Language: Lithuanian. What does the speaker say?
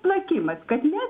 plakimas kad ne